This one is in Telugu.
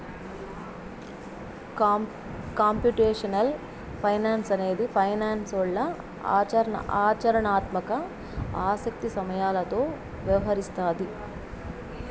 కంప్యూటేషనల్ ఫైనాన్స్ అనేది ఫైనాన్స్లో ఆచరణాత్మక ఆసక్తి సమస్యలతో వ్యవహరిస్తాది